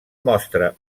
mostra